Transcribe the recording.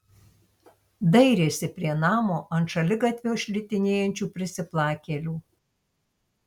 dairėsi prie namo ant šaligatvio šlitinėjančių prisiplakėlių